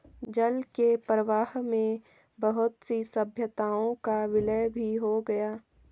जल के प्रवाह में बहुत सी सभ्यताओं का विलय भी हो गया